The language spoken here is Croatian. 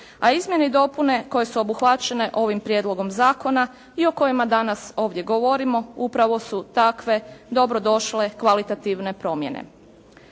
A izmjene i dopune koje su obuhvaćene ovim Prijedlogom zakona i o kojima danas ovdje govorimo upravo su takve dobro došle kvalitativne promjene.